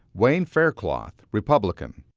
wayne faircloth, republican.